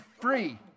free